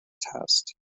test